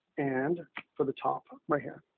and for the top right here.